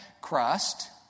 crust